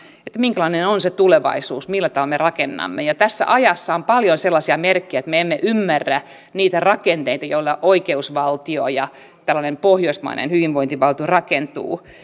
minkälainen on on se tulevaisuus millä tavalla me sen rakennamme tässä ajassa on paljon sellaisia merkkejä että me emme ymmärrä niitä rakenteita joilla oikeusvaltio ja tällainen pohjoismainen hyvinvointivaltio rakentuu